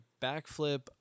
backflip